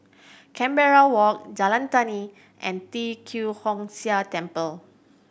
Canberra Walk Jalan Tani and Tee Kwee Hood Sia Temple